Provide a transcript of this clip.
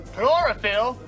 Chlorophyll